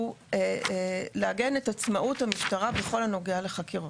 הוא לעגן את עצמאות המשטרה בכל הנוגע לחקירות.